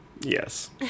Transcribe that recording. yes